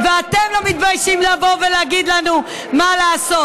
ואתם לא מתביישים לבוא ולהגיד לנו מה לעשות.